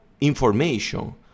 information